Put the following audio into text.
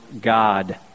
God